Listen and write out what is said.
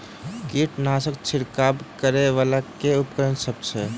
कीटनासक छिरकाब करै वला केँ उपकरण सब छै?